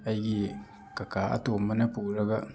ꯑꯩꯒꯤ ꯀꯀꯥ ꯑꯇꯣꯝꯕꯅ ꯄꯨꯔꯒ